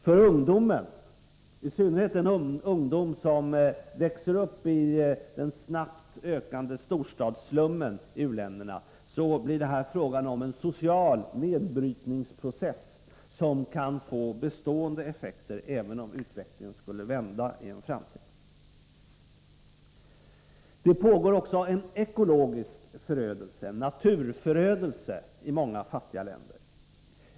För ungdomen, i synnerhet den ungdom som växer upp i den snabbt ökande storstadsslummen i u-länderna, blir det här fråga om en social nedbrytningsprocess som kan få bestående effekter, även om utvecklingen i en framtid skulle vända. Det pågår också en ekologisk förödelse, en naturförödelse, i många fattiga länder.